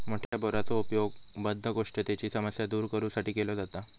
मोठ्या बोराचो उपयोग बद्धकोष्ठतेची समस्या दूर करू साठी केलो जाता